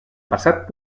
passat